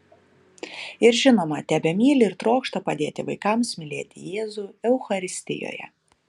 ir žinoma tebemyli ir trokšta padėti vaikams mylėti jėzų eucharistijoje